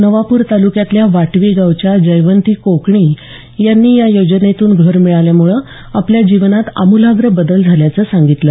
नवापूर तालुक्यातल्या वाटवी गावच्या जयवंती कोकणी यांनी या योजनेतून घर मिळाल्यामुळं आपल्या जीवनात आमूलाग्र बदल झाल्याचं सांगितलं